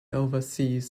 overseas